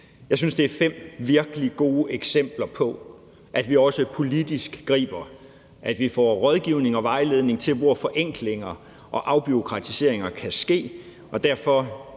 Jeg synes, det er fem virkelig gode eksempler på, at vi også politisk griber, at vi får rådgivning om og vejledning til, hvor forenklinger og afbureaukratiseringer kan ske,